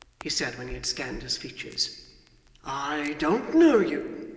he said when he had scanned his features i don't know you